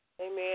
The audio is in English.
Amen